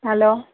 hello